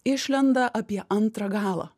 išlenda apie antrą galą